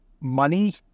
money